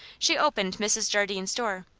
she opened mrs. jardine's door.